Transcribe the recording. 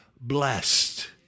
blessed